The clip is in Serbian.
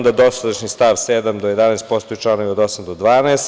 Dosadašnji stav 7. do 11. postaju stavovi od 8. do 12.